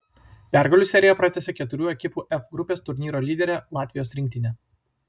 pergalių seriją pratęsė keturių ekipų f grupės turnyro lyderė latvijos rinktinė